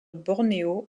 bornéo